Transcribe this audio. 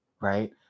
right